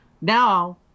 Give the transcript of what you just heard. Now